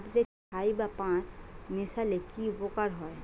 মাটিতে ছাই বা পাঁশ মিশালে কি উপকার হয়?